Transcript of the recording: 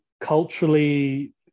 culturally